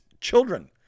children